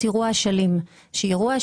כשאירוע אשלים קרה,